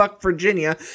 Virginia